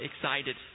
excited